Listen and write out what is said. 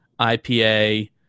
ipa